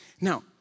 Now